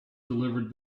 delivered